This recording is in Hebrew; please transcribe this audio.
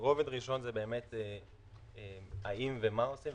רובד ראשון זה האם ומה עושים,